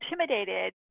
intimidated